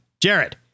Jared